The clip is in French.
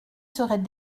serait